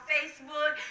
Facebook